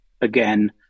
again